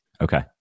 Okay